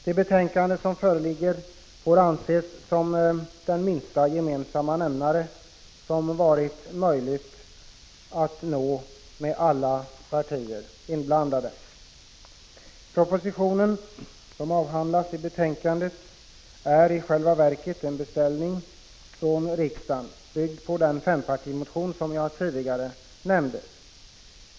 Det betänkande som föreligger får anses som den minsta gemensamma nämnare som varit möjlig att nå med alla partier inblandade. Den proposition som behandlas i betänkandet är i själva verket en beställning från riksdagen, byggd på den fempartimotion som jag tidigare nämnde.